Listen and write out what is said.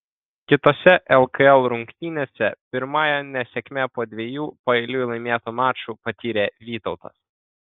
kitose lkl rungtynėse pirmąją nesėkmę po dviejų paeiliui laimėtų mačų patyrė vytautas